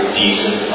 decent